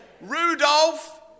Rudolph